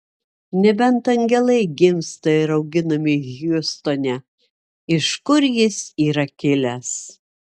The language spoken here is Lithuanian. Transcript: nebent angelai gimsta ir auginami hjustone iš kur jis yra kilęs